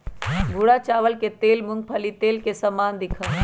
भूरा चावल के तेल मूंगफली के तेल के समान दिखा हई